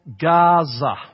Gaza